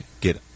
Get